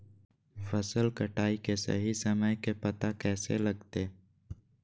फसल कटाई के सही समय के पता कैसे लगते?